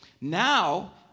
Now